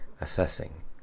assessing